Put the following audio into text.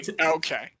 Okay